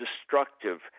destructive